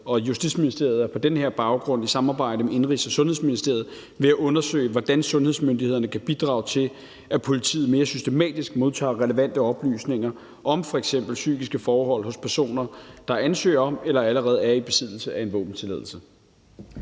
Justitsministeriet er på den her baggrund i samarbejde med Indenrigs- og Sundhedsministeriet ved at undersøge, hvordan sundhedsmyndighederne kan bidrage til, at politiet mere systematisk modtager relevante oplysninger om f.eks. psykiske forhold hos personer, der ansøger om eller allerede er i besiddelse af en våbentilladelse.